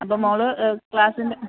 അപ്പോൾ മോൾ ക്ലാസിൻ്റെ